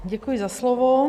Děkuji za slovo.